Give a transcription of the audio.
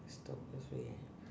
whta's worst way eh